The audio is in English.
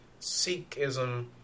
Sikhism